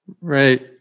Right